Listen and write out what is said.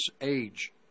age